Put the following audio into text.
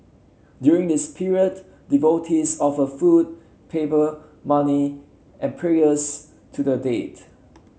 during this period devotees offer food paper money and prayers to the dead